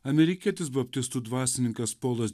amerikietis baptistų dvasininkas polas